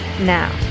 Now